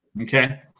Okay